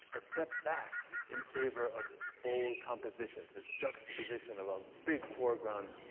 a step back in favor of bold composition, this juxtaposition of a big foreground,